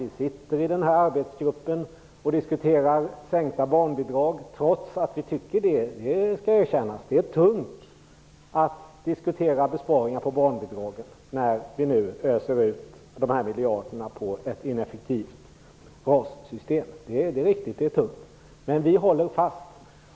Vi sitter med i arbetsgruppen och diskuterar sänkt barnbidrag, trots att vi tycker att det är tungt att diskutera besparingar på barnbidraget när vi nu öser ut dessa miljarder till ett ineffektivt RAS-system. Det är riktigt att det är tufft. Men vi håller fast.